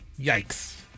Yikes